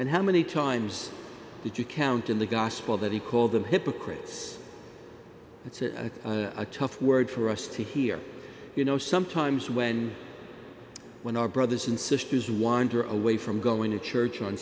and how many times did you count in the gospel that he called them hypocrites that's a tough word for us to hear you know sometimes when when our brothers and sisters wander away from going to church on